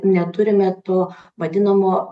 neturime to vadinamo